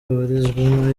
abarizwamo